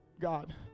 God